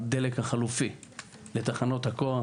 הדלק החלופי לתחנות הכוח,